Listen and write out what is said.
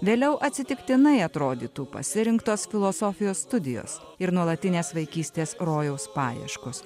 vėliau atsitiktinai atrodytų pasirinktos filosofijos studijos ir nuolatinės vaikystės rojaus paieškos